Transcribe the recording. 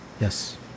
yes